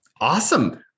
awesome